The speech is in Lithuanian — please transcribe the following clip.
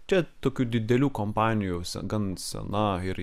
čia tokių didelių kompanijų gan sena ir